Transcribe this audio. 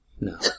no